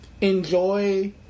enjoy